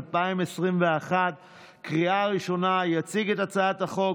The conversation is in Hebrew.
2 בספטמבר 2021. אני מתכבד לפתוח את ישיבת הכנסת.